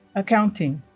accounting,